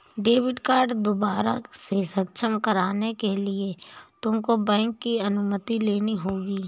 debit card दोबारा से सक्षम कराने के लिए तुमको बैंक की अनुमति लेनी होगी